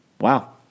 Wow